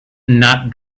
not